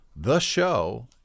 theshow